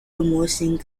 模型